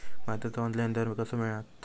भाताचो ऑनलाइन दर कसो मिळात?